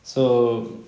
so